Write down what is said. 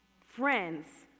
friends